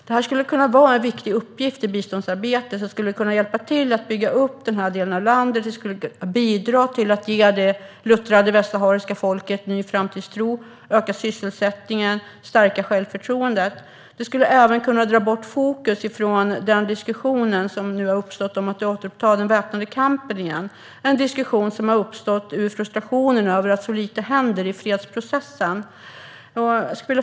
Det här skulle kunna vara en viktig uppgift i biståndsarbetet som skulle hjälpa till att bygga upp den delen av landet och bidra till att ge det luttrade västsahariska folket ny framtidstro, öka sysselsättningen och stärka självförtroendet. Det skulle även dra bort fokus från den diskussion som har uppstått om att återuppta den väpnade kampen igen. Det är en diskussion som har uppstått ur frustrationen över att så lite händer i fredsprocessen.